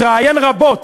מתראיין רבות